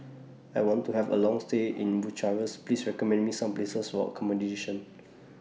I want to Have A Long stay in Bucharest Please recommend Me Some Places For accommodation